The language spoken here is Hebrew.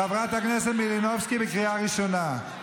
חברת הכנסת מלינובסקי בקריאה ראשונה.